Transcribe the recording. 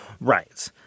Right